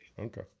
Okay